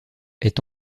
est